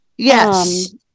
Yes